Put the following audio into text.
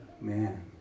Man